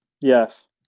yes